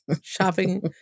shopping